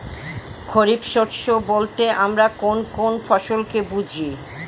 খরিফ শস্য বলতে আমরা কোন কোন ফসল কে বুঝি?